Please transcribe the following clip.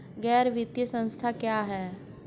गैर वित्तीय संस्था क्या है?